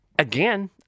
Again